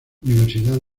universidad